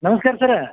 ನಮ್ಸ್ಕಾರ ಸರ್